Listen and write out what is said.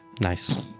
Nice